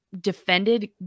defended